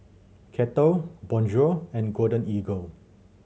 Kettle Bonjour and Golden Eagle